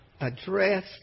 address